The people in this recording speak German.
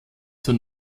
zur